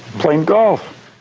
playing golf.